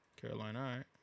Carolina